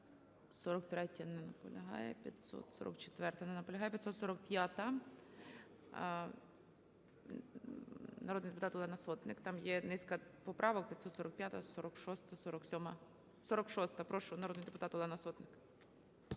543-я. Не наполягає. 544-а. Не наполягає. 545-а. Народний депутат Олена Сотник. Там є низка поправок: 545-а, 46-а, 47-а. 46-а. Прошу, народний депутат Олена Сотник.